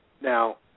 Now